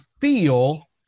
feel